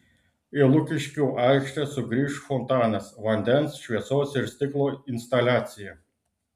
į lukiškių aikštę sugrįš fontanas vandens šviesos ir stiklo instaliacija